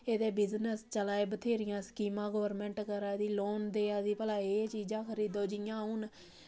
एह्दे बिजनस चला दे बथ्हेरियां स्कीमां गौरमैंट करा दी लोन देआ दी भला एह् चीजां खरीदो जि'यां हून